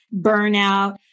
burnout